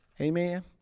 Amen